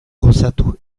gozatu